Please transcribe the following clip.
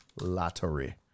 lottery